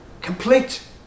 complete